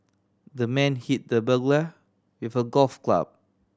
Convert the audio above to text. the man hit the burglar with a golf club